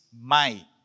Mai